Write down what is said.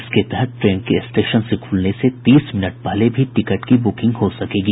इसके तहत ट्रेन के स्टेशन से खुलने से तीस मिनट पहले भी टिकट की बुकिंग हो सकेगी